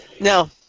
No